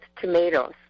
tomatoes